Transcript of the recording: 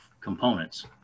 components